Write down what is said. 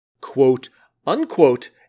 quote-unquote